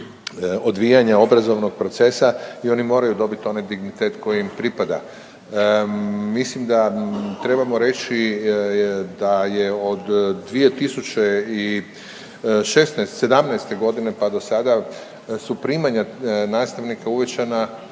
odvijanja obrazovnog procesa i oni moraju dobit onaj dignitet koji im pripada. Mislim da trebamo reći da je od 2017.g., pa do sada su primanja nastavnika uvećana